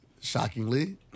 shockingly